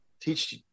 teach